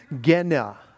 Gena